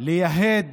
לייהד